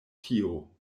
tio